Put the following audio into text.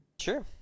Sure